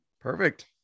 Perfect